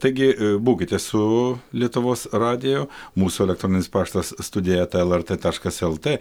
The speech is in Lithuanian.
taigi būkite su lietuvos radiju mūsų elektronis paštas studija eta lrt taškas lt